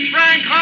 Frank